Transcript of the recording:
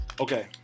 Okay